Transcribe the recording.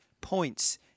points